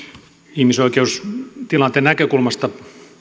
ihmisoikeustilanteen näkökulmasta